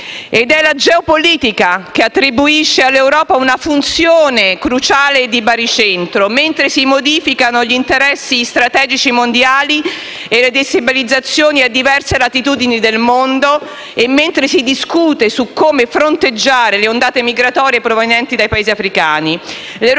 ed è la geopolitica che attribuisce all'Europa una funzione cruciale di baricentro mentre si modificano gli interessi strategici mondiali e le destabilizzazioni a diverse latitudini del mondo e mentre si discute su come fronteggiare le ondate migratorie provenienti dai Paesi africani.